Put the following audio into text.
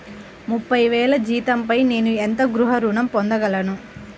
ముప్పై వేల జీతంపై నేను ఎంత గృహ ఋణం పొందగలను?